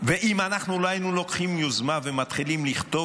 ואם אנחנו לא היינו לוקחים יוזמה ומתחילים לכתוב